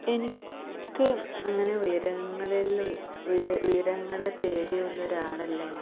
എനിക്ക് അങ്ങനെ ഉയരങ്ങളിലുള്ള ഉയരങ്ങളെ പേടിയുള്ള ഒരാൾ അല്ല ഞാൻ